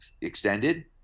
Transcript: extended